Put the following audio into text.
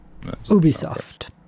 Ubisoft